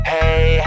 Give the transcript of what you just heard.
Hey